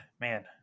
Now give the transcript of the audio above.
man